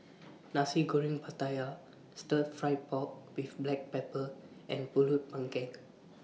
Nasi Goreng Pattaya Stir Fried Pork with Black Pepper and Pulut Panggang